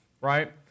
right